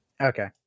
Okay